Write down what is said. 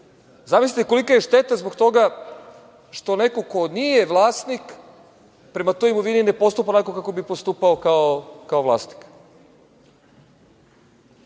Zamislite kolika je šteta zbog toga što neko ko nije vlasnik prema toj imovini ne postupa onako kako bi postupao kao vlasnik.